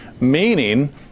meaning